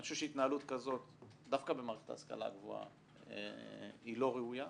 אני חושב שהתנהלות כזאת דווקא במערכת ההשכלה הגבוהה היא לא ראויה,